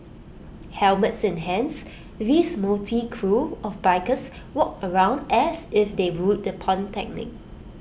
helmets in hands these motley crew of bikers walked around as if they ruled the polytechnic